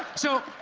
so,